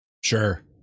Sure